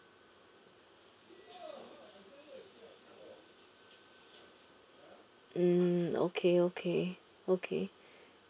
mm okay okay okay